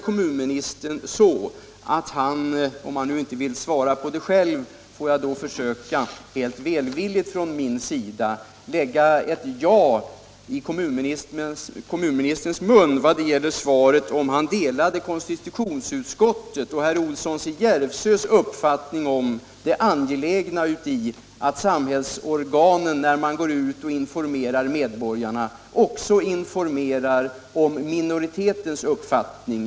Kommunministern svarade inte på min fråga huruvida han delar konstitutionsutskottets och herr Olssons i Järvsö uppfattning om det angelägna i att samhällsorganen när de informerar medborgarna också informerar om minoritetens uppfattning. Eftersom kommunministern inte själv vill svara på den frågan försöker jag helt välvilligt lägga ett ja i kommunministerns mun som svar.